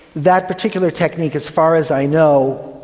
that particular technique, as far as i know,